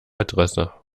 adresse